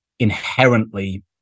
inherently